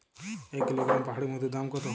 এক কিলোগ্রাম পাহাড়ী মধুর দাম কত?